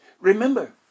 Remember